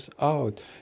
out